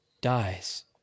dies